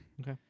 okay